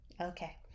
okay